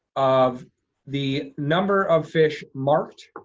of the number of fish marked